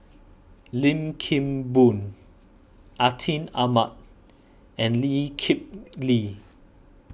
Lim Kim Boon Atin Amat and Lee Kip Lee